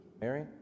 Mary